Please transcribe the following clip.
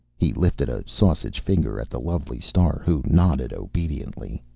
he lifted a sausage finger at the lovely star, who nodded obediently.